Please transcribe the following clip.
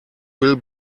will